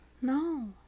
no